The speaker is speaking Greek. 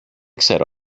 ξέρω